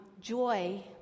Joy